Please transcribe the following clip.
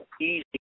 easy